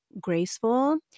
graceful